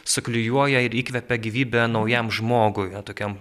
suklijuoja ir įkvepia gyvybę naujam žmogui na tokiam